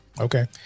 Okay